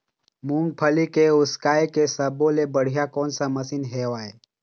मूंगफली के उसकाय के सब्बो ले बढ़िया कोन सा मशीन हेवय?